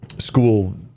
school